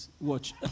watch